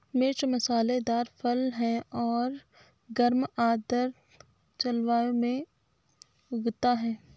मिर्च मसालेदार फल है और गर्म आर्द्र जलवायु में उगता है